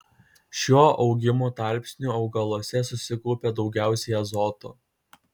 šiuo augimo tarpsniu augaluose susikaupia daugiausiai azoto